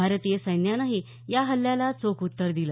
भारतीय सैन्यानंही या हल्ल्याला चोख उत्तर दिलं